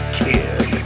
kid